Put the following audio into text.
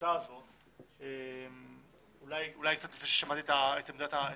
בהחלטה הזאת אולי לפני ששמעתי את עמדת המשרד,